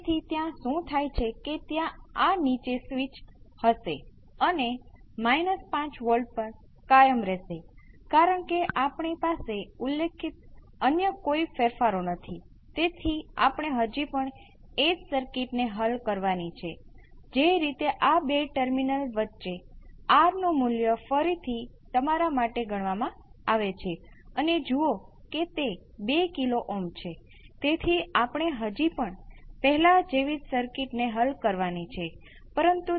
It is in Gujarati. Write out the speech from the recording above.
તેથી ફરીથી આ હજુ પણ S C R 1 બરાબર 0 માટે અવ્યાખ્યાયિત છે તેથી આ મુશ્કેલીને દૂર કરવા માટે આપણે જે કરીશું તે એ છે જે આપણે S C R 1 ની લિમિટ 0 તરફ લઈશું